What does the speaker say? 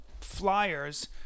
flyers